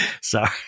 sorry